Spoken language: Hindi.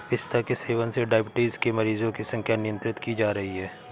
पिस्ता के सेवन से डाइबिटीज के मरीजों की संख्या नियंत्रित की जा रही है